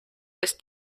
ist